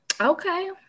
Okay